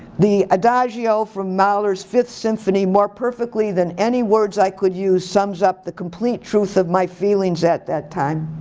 the adagio from mahler's fifth symphony more perfectly than any words i could use sums up the complete truth of my feelings at that time.